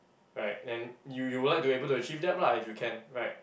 right then you you will like to be able to achieve that lah if you can right